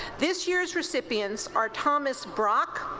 this year's recipients are thomas brock,